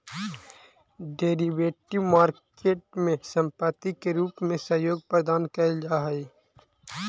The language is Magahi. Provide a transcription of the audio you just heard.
डेरिवेटिव मार्केट में संपत्ति के रूप में सहयोग प्रदान कैल जा हइ